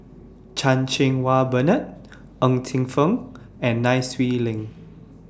Chan Cheng Wah Bernard Ng Teng Fong and Nai Swee Leng